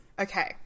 Okay